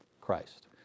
Christ